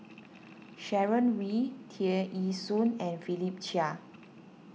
Sharon Wee Tear Ee Soon and Philip Chia